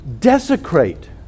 desecrate